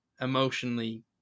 emotionally